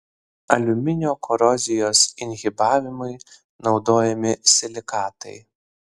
aliuminio korozijos inhibavimui naudojami silikatai